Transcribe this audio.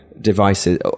devices